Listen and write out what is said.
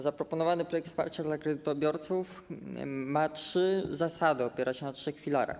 Zaproponowany projekt wsparcia dla kredytobiorców ma trzy zasady, opiera się na trzech filarach.